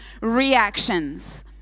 reactions